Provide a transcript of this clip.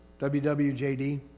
WWJD